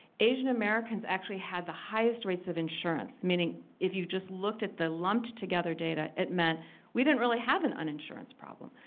asian-americans actually actually had the highest rates of insurance, meaning if you just looked at the lumped-together data, it meant we didn't really have an uninsurance problem.